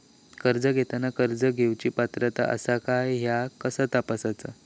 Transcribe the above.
कर्ज घेताना कर्ज घेवची पात्रता आसा काय ह्या कसा तपासतात?